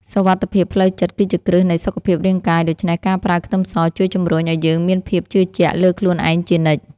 សុវត្ថិភាពផ្លូវចិត្តគឺជាគ្រឹះនៃសុខភាពរាងកាយដូច្នេះការប្រើខ្ទឹមសជួយជម្រុញឱ្យយើងមានភាពជឿជាក់លើខ្លួនឯងជានិច្ច។